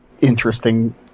interesting